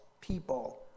people